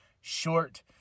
short